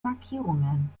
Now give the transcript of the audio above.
markierungen